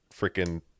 freaking